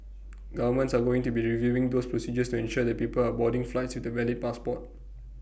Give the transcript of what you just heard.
governments are going to be reviewing those procedures to ensure that people are boarding flights with A valid passport